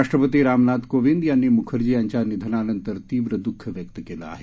राष्ट्रपती राजनाथ कोविद यांनी म्खर्जी यांच्या निधानानंतर तीव्र द्ःख व्यक्त केलं आहे